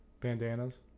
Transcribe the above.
Bandanas